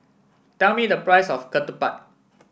tell me the price of Ketupat